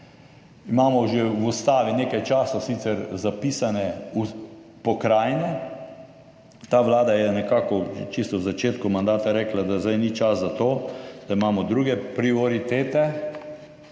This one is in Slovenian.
imamo sicer že nekaj časa zapisane pokrajine. Ta vlada je nekako že čisto na začetku mandata rekla, da zdaj ni čas za to, da imamo druge prioritete.